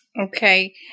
Okay